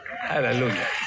hallelujah